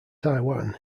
taiwan